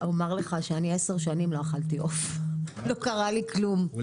עשר שנים לא אכלתי עוף וגם לא בקר,